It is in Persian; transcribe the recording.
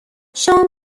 شام